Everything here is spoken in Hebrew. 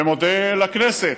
ומודה לכנסת